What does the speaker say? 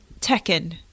Tekken